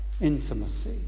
intimacy